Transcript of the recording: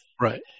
Right